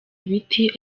ibiti